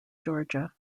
georgia